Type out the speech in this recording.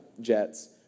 jets